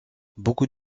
beaucoup